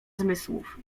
zmysłów